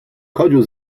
chodził